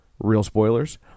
RealSpoilers